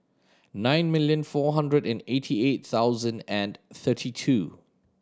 nine million four hundred and eighty eight thousand and thirty two